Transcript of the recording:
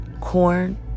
corn